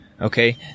okay